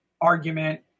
argument